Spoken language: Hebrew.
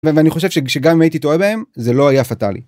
ואני חושב שגם הייתי טועה בהם זה לא היה פטאלי.